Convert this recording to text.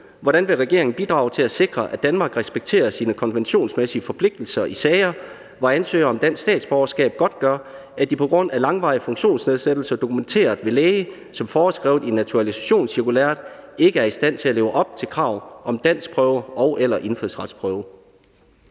»Hvordan vil regeringen bidrage til at sikre, at Danmark respekterer sine konventionsmæssige forpligtelser i sager, hvor ansøgere om dansk statsborgerskab godtgør, at de på grund af langvarige funktionsnedsættelser dokumenteret ved læge som foreskrevet i naturalisationscirkulæret ikke er i stand til at leve op til krav om danskprøve og/eller indfødsretsprøve?«.